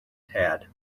had